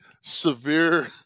severe